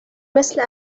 مثل